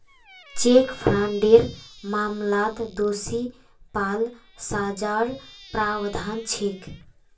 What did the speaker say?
cheque फ्रॉडेर मामलात दोषी पा ल सजार प्रावधान छेक